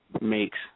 makes